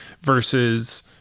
Versus